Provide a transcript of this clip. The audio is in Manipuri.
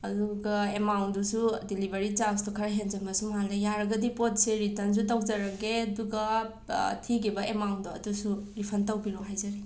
ꯑꯗꯨꯒ ꯑꯦꯃꯥꯎꯟꯗꯨꯁꯨ ꯗꯤꯂꯤꯕꯔꯤ ꯆꯥꯔꯁꯇꯣ ꯈꯔ ꯍꯦꯟꯖꯤꯟꯕꯁꯨ ꯃꯥꯜꯂꯦ ꯌꯥꯔꯒꯗꯤ ꯄꯣꯠꯁꯦ ꯔꯤꯇꯟꯁꯨ ꯇꯧꯖꯔꯒꯦ ꯑꯗꯨꯒ ꯊꯤꯈꯤꯕ ꯑꯦꯃꯥꯎꯟꯗꯣ ꯑꯗꯨꯁꯨ ꯔꯤꯐꯟ ꯇꯧꯕꯤꯔꯣ ꯍꯥꯏꯖꯔꯤ